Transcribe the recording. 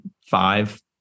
five